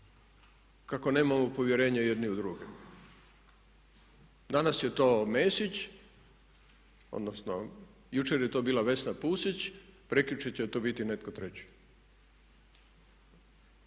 kako nemamo povjerenje jedni u druge. Danas je to Mesić, odnosno jučer je to bila Vesna Pusić, prekjučer će to biti netko treći.